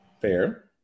Fair